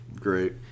great